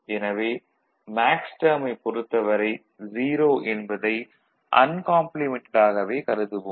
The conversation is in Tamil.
எனவே மேக்ஸ்டேர்மைப் பொறுத்தவரை 0 என்பதை அன்காம்ப்ளிமென்டட் ஆகவே கருதுவோம்